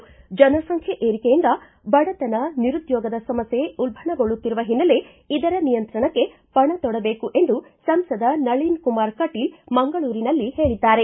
ಜನಸಂಖ್ಯೆ ಏರಿಕೆಯಿಂದ ಬಡತನ ನಿರುದ್ಯೋಗದ ಸಮಸ್ಯೆ ಉಲ್ಲಣಗೊಳ್ಳುತ್ತಿರುವ ಹಿನ್ನೆಲೆ ಇದರ ನಿಯಂತ್ರಣಕ್ಕೆ ಪಣ ತೊಡಬೇಕು ಎಂದು ಸಂಸದ ನಳಿನ್ ಕುಮಾರ್ ಕಟೀಲ್ ಮಂಗಳೂರಿನಲ್ಲಿ ಹೇಳಿದ್ದಾರೆ